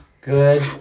Good